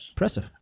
Impressive